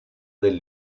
del